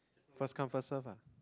first come first serve ah